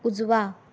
उजवा